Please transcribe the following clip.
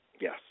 Yes